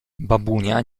babunia